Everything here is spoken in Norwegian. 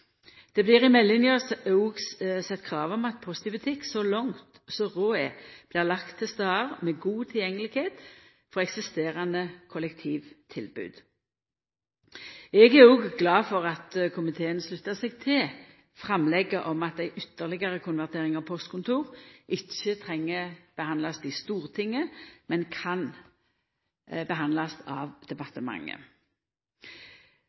Det blir i meldinga òg sett krav om at Post i Butikk så langt som råd er, blir lagt til stader med god tilgjengelegheit frå eksisterande kollektivtilbod. Eg er òg glad for at komiteen sluttar seg til framlegget om at ei ytterlegare konvertering av postkontor ikkje treng å bli behandla i Stortinget, men kan bli behandla av